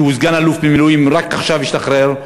שהוא סגן-אלוף במילואים ורק עכשיו השתחרר,